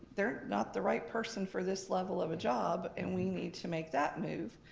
they're not the right person for this level of a job and we need to make that move,